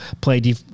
play